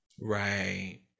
Right